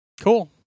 Cool